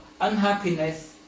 unhappiness